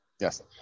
Yes